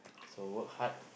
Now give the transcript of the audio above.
so work hard